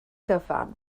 gyfan